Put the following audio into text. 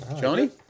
Johnny